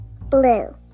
Blue